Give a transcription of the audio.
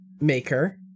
maker